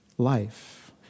life